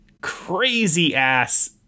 crazy-ass